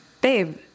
Babe